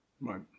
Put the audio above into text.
Right